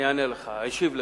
אני אשיב לך.